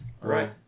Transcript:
right